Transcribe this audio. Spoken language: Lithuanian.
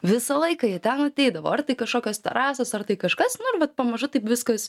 visą laiką jie ten ateidavo ar tai kažkokios terasos ar tai kažkas nu ir vat pamažu taip viskas